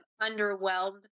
underwhelmed